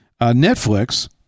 Netflix